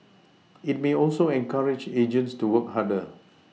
it may also encourage agents to work harder